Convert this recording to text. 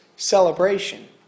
celebration